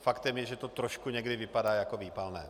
Faktem je, že to trošku někdy vypadá jako výpalné.